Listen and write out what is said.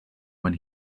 when